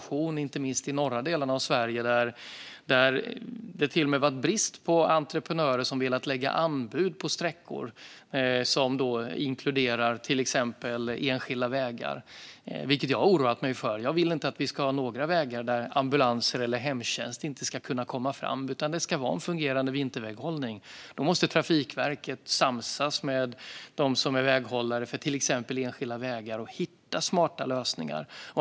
I norra delarna av Sverige har det varit brist på entreprenörer som har velat lägga anbud på sträckor, inklusive till exempel enskilda vägar. Detta har oroat mig, för jag vill inte att vi ska ha vägar där ambulans eller hemtjänst inte kan komma fram, utan vinterväghållningen ska fungera. Då måste Trafikverket samsas med dem som är väghållare för till exempel enskilda vägar och hitta smarta lösningar.